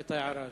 את ההערה הזאת.